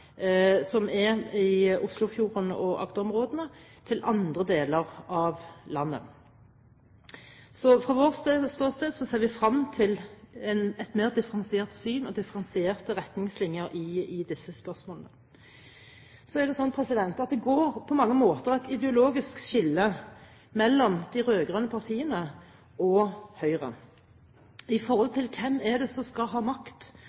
som er i Oslofjorden og Agder-områdene, til andre deler av landet. Fra vårt ståsted ser vi fram til et mer differensiert syn og differensierte retningslinjer i disse spørsmålene. Det går på mange måter et ideologisk skille mellom de rød-grønne partiene og Høyre når det gjelder hvem det er som skal ha makt,